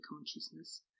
consciousness